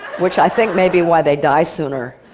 which i think may be why they die sooner.